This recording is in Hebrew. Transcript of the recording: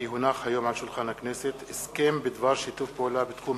כי הונח היום על שולחן הכנסת הסכם בדבר שיתוף פעולה בתחום